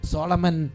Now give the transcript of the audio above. Solomon